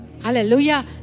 Hallelujah